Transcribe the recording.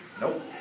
Nope